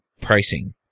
pricing